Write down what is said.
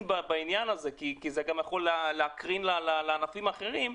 בעניין הזה כי זה יכול להקרין לענפים אחרים,